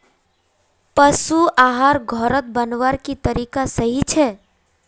पशु आहार घोरोत बनवार की तरीका सही छे?